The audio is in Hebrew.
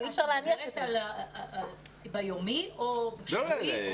את מדברת ביומי או שבועי?